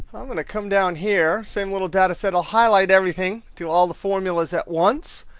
i'm going to come down here, same little data set, i'll highlight everything to all the formulas at once.